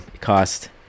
cost